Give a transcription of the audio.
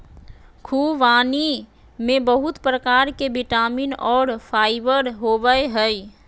ख़ुबानी में बहुत प्रकार के विटामिन और फाइबर होबय हइ